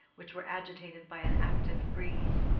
which were agitated by an active breeze.